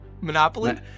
monopoly